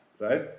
right